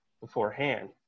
beforehand